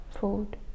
food